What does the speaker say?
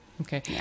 okay